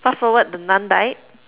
fast forward the Nun died